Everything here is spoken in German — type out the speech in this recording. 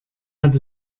hat